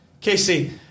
Casey